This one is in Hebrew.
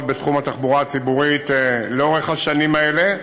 בתחום התחבורה הציבורית לאורך השנים האלה,